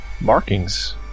markings